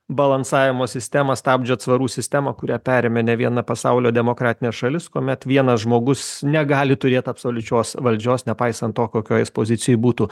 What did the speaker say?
balansavimo sistemą stabdžių atsvarų sistemą kurią perėmė nė viena pasaulio demokratinė šalis kuomet vienas žmogus negali turėt absoliučios valdžios nepaisant to kokioj jis pozicijoj būtų